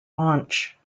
launch